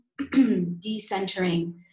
decentering